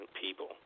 people